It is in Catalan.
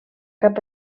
cap